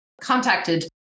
contacted